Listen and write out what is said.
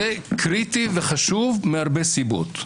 זה קריטי וחשוב מהרבה סיבות,